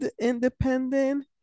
Independent